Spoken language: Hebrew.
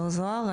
לא זוהר,